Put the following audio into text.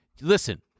Listen